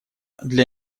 для